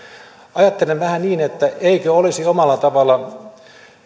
ajattelen vähän niin että eikö olisi omalla tavallaan